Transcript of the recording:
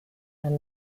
and